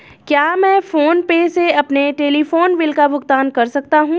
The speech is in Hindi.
क्या मैं फोन पे से अपने टेलीफोन बिल का भुगतान कर सकता हूँ?